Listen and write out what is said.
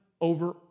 over